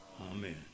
Amen